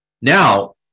now